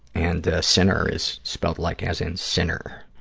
and sinner is spelled like as in sinner.